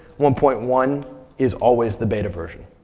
one point one is always the beta version.